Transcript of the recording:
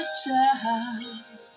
child